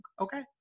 Okay